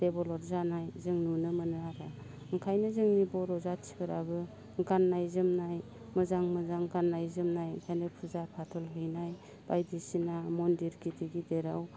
develop जानाय जों नुनो मोनो आरो ओंखायनो जोंनि बर' जाथिफोराबो गाननाय जोमनाय मोजां मोजां गाननाय जोमनाय इहायनो फुजा फाथल हैनाय बायदिसिना मन्दिर गिदिर गिदिराव